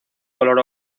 color